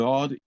God